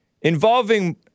Involving